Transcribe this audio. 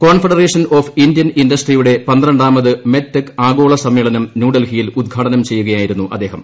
confederation of Indian ഇൻഡസ്ട്രിയുടെ പന്ത്രണ്ടാമത് med tech ആഗോള സമ്മേളനം ന്യൂഡൽഹിയിൽ ഉദ്ഘാടനം ചെയ്യുകയായിരുന്നു അദ്ദേഹം